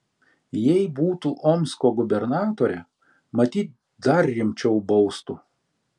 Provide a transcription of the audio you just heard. jei būtų omsko gubernatore matyt dar rimčiau baustų